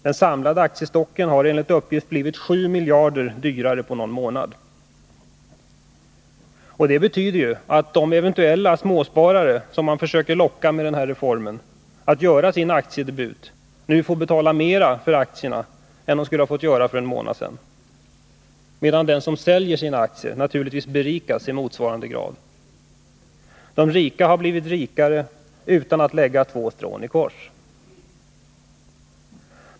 Den samlade aktiestocken har enligt uppgift blivit 7 miljarder dyrare på någon månad. Och det betyder att de eventuella småsparare som man med den här reformen försöker locka att göra sin aktiedebut nu får betala mera för aktierna än de skulle ha fått göra för en månad sedan, medan de som säljer sina aktier berikas i motsvarande grad. De rika har blivit rikare utan att lägga två strån i kors.